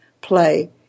play